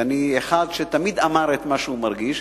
ואני אחד שתמיד אומר את מה שהוא מרגיש,